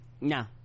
No